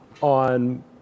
on